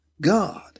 God